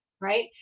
Right